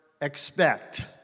expect